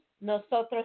nosotros